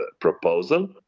proposal